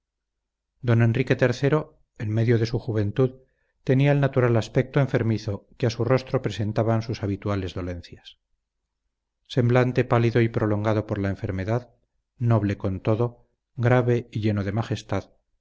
don enrique iii en medio de su juventud tenía el natural aspecto enfermizo que a su rostro prestaban sus habituales dolencias semblante pálido y prolongado por la enfermedad noble con todo grave y lleno de majestad